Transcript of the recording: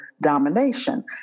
domination